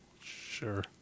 Sure